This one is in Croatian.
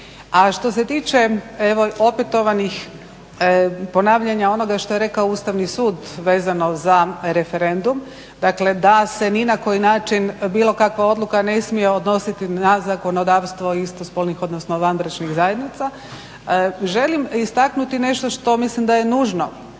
što se tiče evo opetovanih ponavljanja onoga što je rekao Ustavni sud vezano za referendum, dakle da se ni na koji način bilo kakva odluka ne smije odnositi na zakonodavstvo istospolnih odnosno vanbračnih zajednica. Želim istaknuti nešto što mislim da je nužno